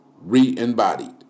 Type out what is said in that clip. re-embodied